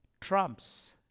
trumps